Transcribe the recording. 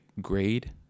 grade